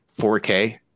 4k